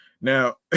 Now